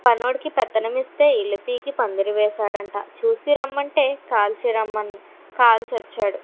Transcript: పని వాడికి పెత్తనం ఇస్తే ఇల్లు పీకి పందిరి వేసాడంట చూసి రమ్మంటే కాల్చి రమ్మం కాల్చి వచ్చాడు